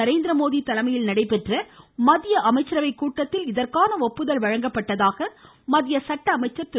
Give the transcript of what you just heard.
நரேந்திரமோடி தலைமையில் நடைபெற்ற மத்திய அமைச்சரவை கூட்டத்தில் இதற்கான ஒப்புதல் வழங்கப்பட்டதாக மத்திய சட்ட அமைச்சர் திரு